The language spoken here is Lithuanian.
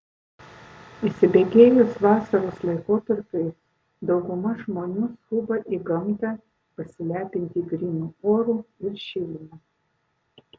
įsibėgėjus vasaros laikotarpiui dauguma žmonių skuba į gamtą pasilepinti grynu oru ir šiluma